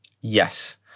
Yes